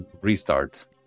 restart